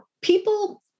people